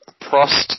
Prost